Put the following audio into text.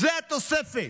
זו התוספת.